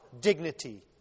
dignity